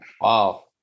wow